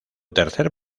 tercer